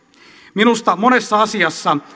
minusta monessa asiassa